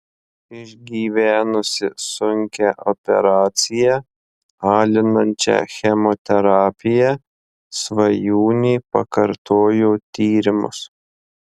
išgyvenusi sunkią operaciją alinančią chemoterapiją svajūnė pakartojo tyrimus